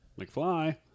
McFly